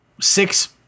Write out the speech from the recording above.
Six